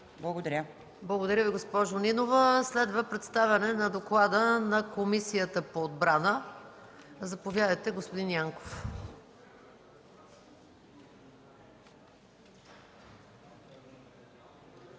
Благодаря Ви, госпожо Нинова. Следва представяне на доклада на Комисията по отбрана. Заповядайте, господин Янков.